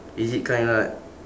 is it kinda like